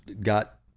got